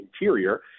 interior